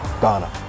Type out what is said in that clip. Ghana